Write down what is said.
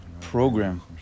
program